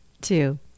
Two